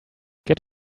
get